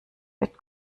wird